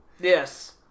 Yes